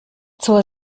zur